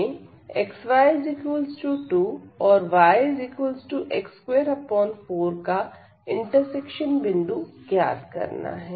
हमें xy2 औरyx24 का इंटरसेक्शन बिंदु ज्ञात करना है